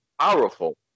powerful